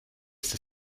ist